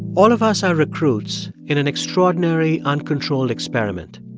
all of us are recruits in an extraordinary uncontrolled experiment.